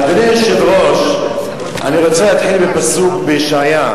אדוני היושב-ראש, אני רוצה להתחיל בפסוק בישעיה: